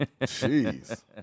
Jeez